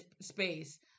space